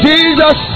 Jesus